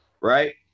right